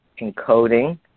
encoding